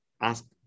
ask